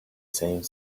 same